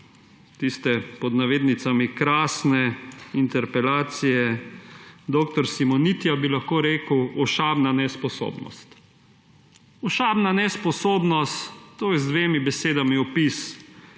na osnovi tiste »krasne« interpelacije dr. Simonitija, bi lahko rekel: ošabna nesposobnost. Ošabna nesposobnost, to je z dvema besedama opis